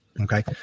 Okay